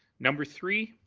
number three,